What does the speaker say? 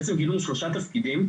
אז בעצם גילינו שלושה לפקידים,